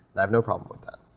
and i have no problem with that.